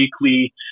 Weekly